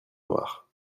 noirs